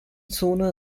zone